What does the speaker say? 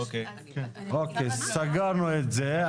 אוקיי, סגרנו את זה.